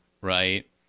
right